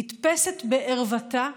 נתפסת בערוותה,